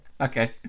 Okay